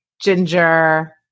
ginger